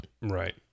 Right